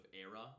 era